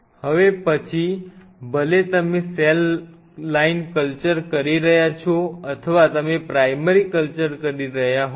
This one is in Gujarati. હવે પછી ભલે તમે સેલ લાઇન કલ્ચર કરી રહ્યાં છો અથવા તમે પ્રાઇમરી કલ્ચર કરી રહ્યા હોય